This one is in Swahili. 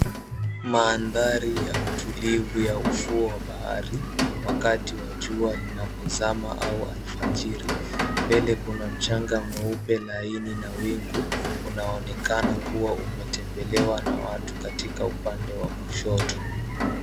Maandhari ya utulivu ya ufuo wa bahari wakati wa jua linapozama au alfajiri. Mbele kuna mchanga mweupe laini na wingu unaonakana kuwa umetembelewa na watu katika upande wa kushoto.